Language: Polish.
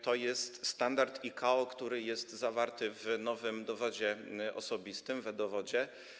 To standard ICAO, który jest zawarty w nowym dowodzie osobistym, w e-dowodzie.